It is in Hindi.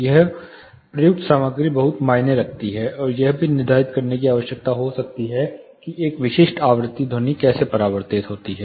यहां प्रयुक्त सामग्री बहुत मायने रखती है और यह भी निर्धारित करने की आवश्यकता हो सकती है कि एक विशिष्ट आवृत्ति ध्वनि कैसे परावर्तित होती है